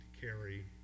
carry